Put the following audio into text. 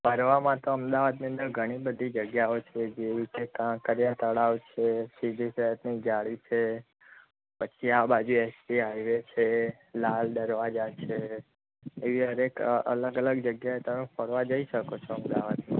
ફરવામાં તો અમદાવાદની અંદર ઘણી બધી જગ્યાઓ છે જેવી કે કાંકરિયા તળાવ છે સીદી સૈયદની જાળી છે પછી આ બાજુ એસજી હાઇવે છે લાલ દરવાજા છે એવી હરએક અલગ અલગ જગ્યાએ તમે ફરવા જઈ શકો છો અમદાવાદમાં